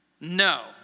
No